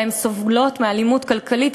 אלא שהן סובלות מאלימות כלכלית,